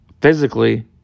physically